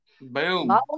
Boom